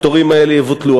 הפטורים האלה יבוטלו,